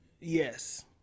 Yes